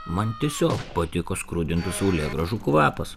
man tiesiog patiko skrudintų saulėgrąžų kvapas